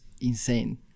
insane